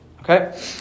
Okay